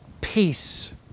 peace